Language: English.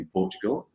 Portugal